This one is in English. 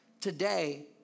Today